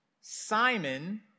Simon